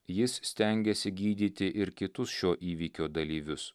jis stengiasi gydyti ir kitus šio įvykio dalyvius